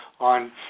on